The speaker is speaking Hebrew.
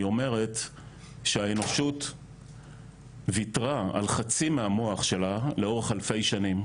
היא אומרת שהאנושות וויתרה על חצי מהמוח שלה לאורך אלפי שנים.